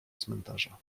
cmentarza